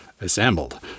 assembled